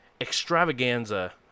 extravaganza